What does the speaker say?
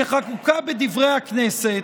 שחקוקה בדברי הכנסת,